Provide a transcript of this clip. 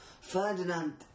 Ferdinand